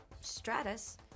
stratus